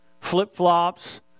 flip-flops